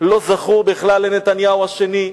לא זכור בכלל לנתניהו השני,